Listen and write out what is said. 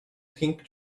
pink